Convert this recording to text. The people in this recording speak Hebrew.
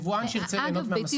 אני דיברתי על הנתח של החקלאות, על